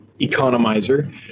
economizer